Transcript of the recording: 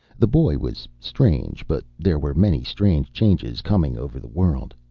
the boy was strange. but there were many strange changes coming over the world.